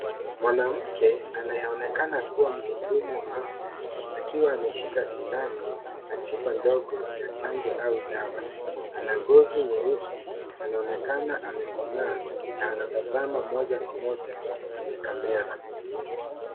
Mwanamke anayeonekana kuwa mhudumu wa afya akiwa ameshika sindano na chupa ndogo ya chanjo au dawa ana ngozi nyeusi anaonekana amekomaa na anatazama moja kwa moja kwenye camera